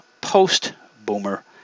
post-boomer